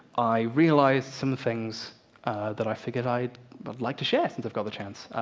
i realized some things that i figured i'd but like to share since i've got the chance.